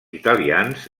italians